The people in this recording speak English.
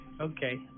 Okay